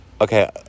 Okay